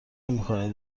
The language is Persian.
نمیکنی